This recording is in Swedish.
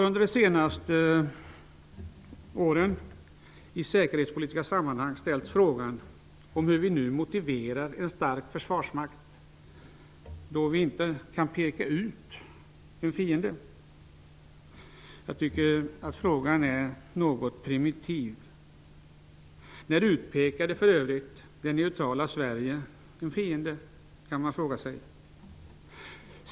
Under de senaste åren har man i säkerhetspolitiska sammanhang ställt frågan hur vi motiverar en stark försvarsmakt nu när vi inte kan peka ut en fiende. Jag tycker att frågan är något primitiv. När utpekade för övrigt det neutrala Sverige en fiende?